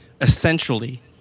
Essentially